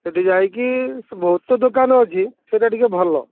ସେଠି ଯାଇକି ବହୁତ ତ ଦୋକାନ ଅଛି ସେଇଟା ଟିକେ ଭଲ